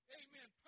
amen